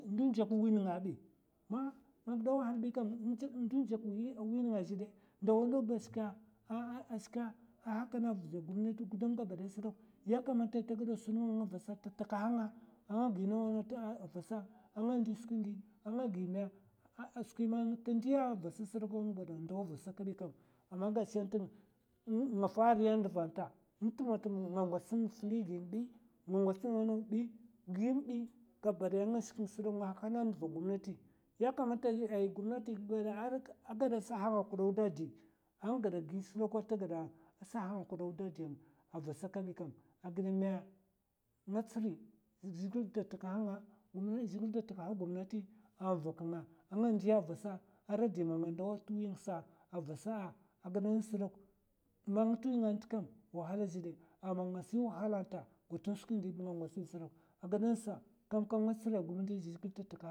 Ɓun jak wi nènga bi. mana gida wahal kabi kam ndun jak wi nènga zhè dè, ndawa ndaw ba shika, a shika a hakana vzi gumnati gudam gabadaya sdok, ya kamata ta gada sun nga nga vasa ta takahanga a gi nawa nawa vasa, a nga ndi skwi ndi a nga gimè, a skwi man ta ndiya sdok, a ndo ngwatsa vasa kabi kam, amma gashi nt nga fa riya ndvan ta n'tma tm nga ngwats sam zlin bi, nga ngwats sam mèn'ngbi, gimmè bi, nshik ngs nga hakana ndva gumnati, arai gumati gada sahsn kdo da di, an gada gi sdok ta gada sahan kdo da di avasa kabi kam, a gidè mè? Ng tsiri zhègil da takahnga, da takaha gumnati, an vakanga a nga ndiya vasa ara di ma nga ndaw twingsa avasa a gida nas dok, man'ng twi'nga ntkam wahala zhidè amma nga si wahala nta, gwatin skwi ndi'b nga ngwats bi sdok, a ghida nasa kam kam nga tsririya gumnatis zhègil da takaha.